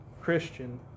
Christian